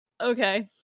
okay